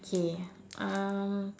okay um